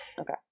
Okay